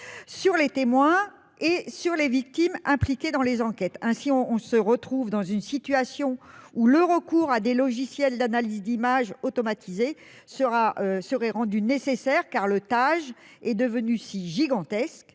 sur les témoins et sur les victimes impliquées dans les enquêtes. On se retrouve ainsi dans une situation où le recours à des logiciels d'analyse d'images automatisée serait rendu nécessaire, car le TAJ est devenu gigantesque,